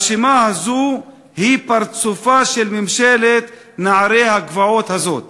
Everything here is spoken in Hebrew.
הרשימה הזאת היא פרצופה של ממשלת נערי הגבעות הזאת.